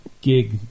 gig